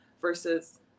versus